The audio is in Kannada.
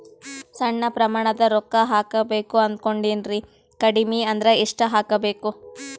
ಸಣ್ಣ ಪ್ರಮಾಣದ ರೊಕ್ಕ ಹಾಕಬೇಕು ಅನಕೊಂಡಿನ್ರಿ ಕಡಿಮಿ ಅಂದ್ರ ಎಷ್ಟ ಹಾಕಬೇಕು?